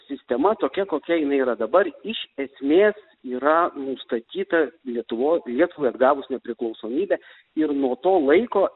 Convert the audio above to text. sistema tokia kokia jinai yra dabar iš esmės yra nustatyta lietuvo lietuvai atgavus nepriklausomybę ir nuo to laiko